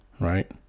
Right